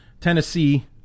Tennessee